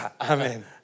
Amen